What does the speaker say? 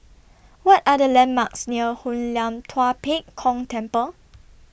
What Are The landmarks near Hoon Lam Tua Pek Kong Temple